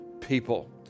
people